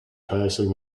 passing